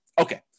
Okay